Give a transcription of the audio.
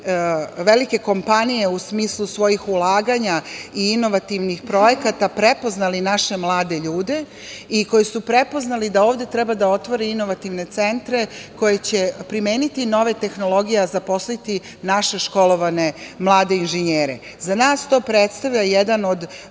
velike kompanije u smislu svojih ulaganja i inovativnih projekata prepoznale naše mlade ljude i koje su prepoznale da ovde treba da otvore inovativne centre koji će primeniti nove tehnologije a zaposliti naše školovane mlade inženjere.Za nas to predstavlja jednu od